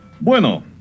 Bueno